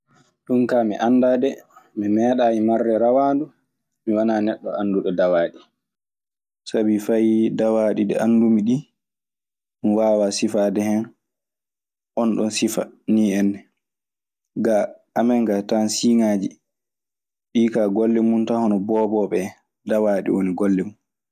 Ɗum kaa mi anndaa de mi meeɗaayi marde rawaandu mi wanaa neɗɗo annduɗo dawaaɗi. Sabi fay dawaaɗi ɗi anndumi ɗii, mi waawaa sifaade hen oonɗon sifa nii enna. Gaa amen gaa a tawan siiŋaaji, ɗii kaa gollle mun tan hono boobooɓe en dawaaɗi woni golle mun.